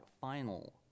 final